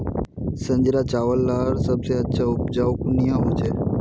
संजीरा चावल लार सबसे अच्छा उपजाऊ कुनियाँ होचए?